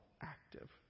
active